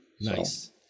Nice